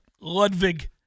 Ludvig